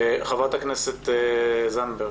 חברת הכנסת זנדברג.